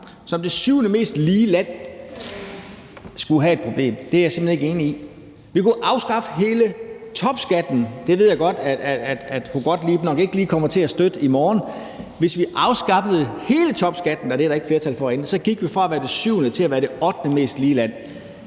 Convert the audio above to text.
som det syvende mest lige land skulle have et problem, er jeg simpelt hen ikke enig i. Vi kunne afskaffe hele topskatten – det ved jeg godt at fru Jette Gottlieb nok ikke lige kommer til at støtte i morgen, og det er der ikke flertal for herinde – og så gik vi fra at være det syvende til at være det ottende mest lige land.